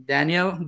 Daniel